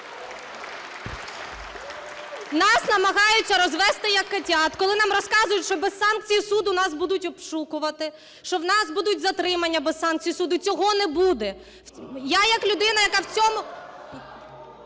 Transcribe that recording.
Нас намагаються розвести, як "котят", коли нам розказують, що без санкцій суду нас будуть обшукувати, що в нас будуть затримання без санкцій суду. Цього не буде! (Шум у залі) Я як людина, яка в цьому…